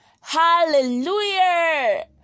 Hallelujah